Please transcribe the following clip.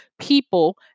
people